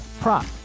prop